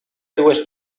dues